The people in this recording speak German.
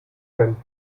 kein